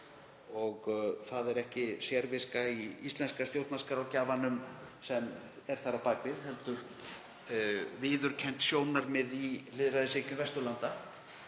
Það er ekki sérviska í íslenska stjórnarskrárgjafanum sem er þar á bak við heldur viðurkennd sjónarmið í lýðræðisríkjum Vesturlanda,